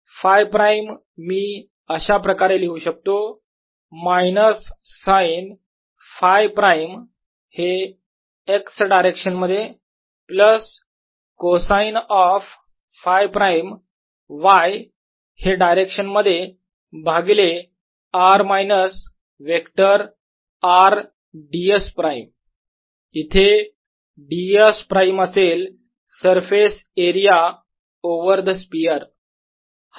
Φ prime मी अशा प्रकारे लिहू शकतो मायनस साइन Φ प्राईम हे x डायरेक्शन मध्ये plus cosine of Φ prime y हे डायरेक्शन मध्ये भागिले r minus vector R ds prime इथे ds प्राईम असेल surface area over the sphere